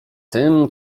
tym